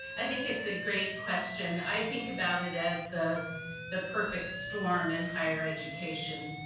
i think it's a great question. i think about it as the the perfect storm in higher education.